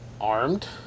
armed